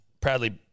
proudly